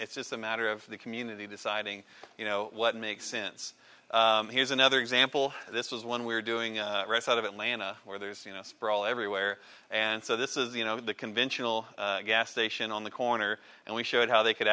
it's just a matter of the community deciding you know what makes sense here's another example this was one we're doing right out of atlanta where there's you know sprawl everywhere and so this is the you know the conventional gas station on the corner and we showed how they could